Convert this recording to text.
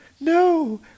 no